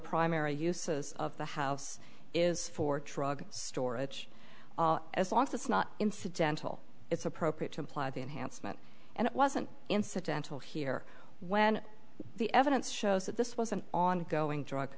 primary uses of the house is for drug storage as long as it's not incidental it's appropriate to apply the enhancement and it wasn't incidental here when the evidence shows that this was an ongoing drug